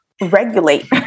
regulate